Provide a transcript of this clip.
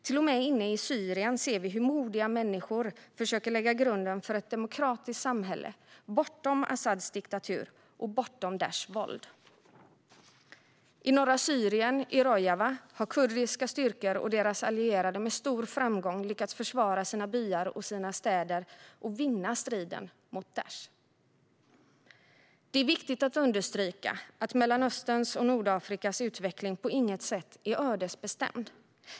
Till och med inne i Syrien ser vi hur modiga människor försöker lägga grunden för ett demokratiskt samhälle bortom Asads diktatur och Daishs våld. I Rojava i norra Syrien har kurdiska styrkor och deras allierade med stor framgång lyckats försvara sina byar och sina städer och vinna striden mot Daish. Det är viktigt att understryka att Mellanösterns och Nordafrikas utveckling på inget sätt är ödesbestämd.